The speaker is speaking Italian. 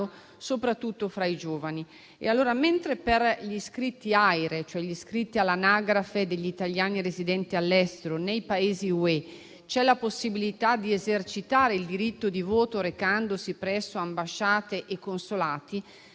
soprattutto fra i giovani. Mentre per gli iscritti all'AIRE (Anagrafe degli italiani residenti all'estero) nei Paesi UE c'è la possibilità di esercitare il diritto di voto recandosi presso ambasciate e consolati,